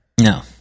No